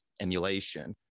emulation